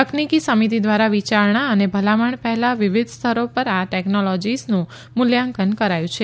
તકનીકી સમિતિ દ્વારા વિયારણા અને ભલામણ પહેલા વિવિધ સ્તરો પર આ ટેકનોલોજીસનું મૂલ્યાંકન કરાયું છે